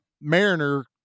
Mariner